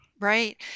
Right